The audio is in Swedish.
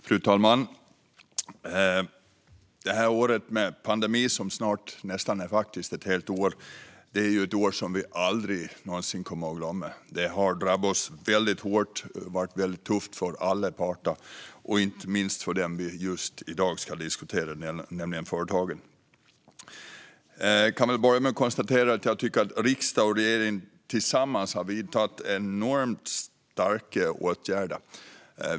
Fru talman! Detta år med pandemi - nästan ett helt år - är ett år som vi aldrig någonsin kommer att glömma. Det har drabbat oss hårt och varit väldigt tufft för alla parter, inte minst för dem som vi ska diskutera i dag, nämligen företagen. Jag kan börja med att konstatera att jag tycker att riksdag och regering tillsammans har vidtagit enormt starka åtgärder.